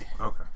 Okay